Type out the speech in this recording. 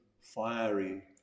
fiery